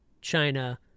China